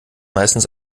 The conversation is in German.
meistens